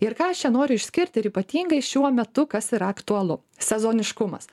ir ką aš čia noriu išskirti ypatingai šiuo metu kas yra aktualu sezoniškumas